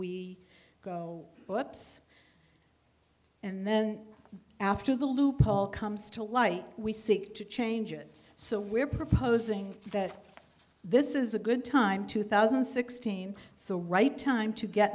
we go the ups and then after the loop all comes to light we seek to change it so we're proposing that this is a good time two thousand and sixteen so right time to get